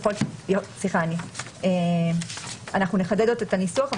סליחה, אנחנו נחדד עוד את הניסוח.